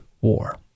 war